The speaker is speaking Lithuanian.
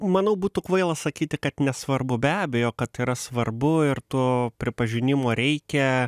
manau būtų kvaila sakyti kad nesvarbu be abejo kad yra svarbu ir to pripažinimo reikia